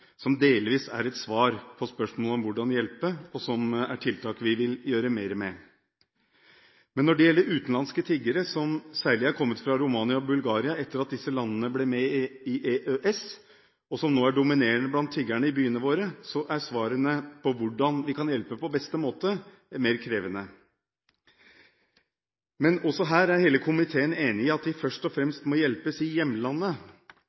som delvis er et svar på spørsmålet om hvordan vi kan hjelpe, og som er tiltak vi vil gjøre mer med. Når det gjelder utenlandske tiggere som særlig er kommet fra Romania og Bulgaria etter at disse landene ble med i EØS, og som nå er dominerende blant tiggerne i byene våre, er svarene på hvordan vi kan hjelpe på beste måte, mer krevende. Også her er hele komiteen enig i at de først og fremst må hjelpes i hjemlandet;